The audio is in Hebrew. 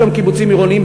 יש גם קיבוצים עירוניים,